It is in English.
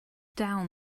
down